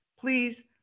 please